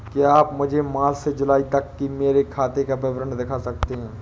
क्या आप मुझे मार्च से जूलाई तक की मेरे खाता का विवरण दिखा सकते हैं?